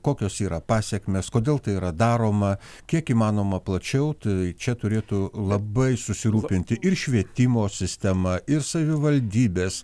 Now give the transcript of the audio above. kokios yra pasekmės kodėl tai yra daroma kiek įmanoma plačiau tai čia turėtų labai susirūpinti ir švietimo sistema ir savivaldybės